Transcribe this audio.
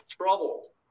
trouble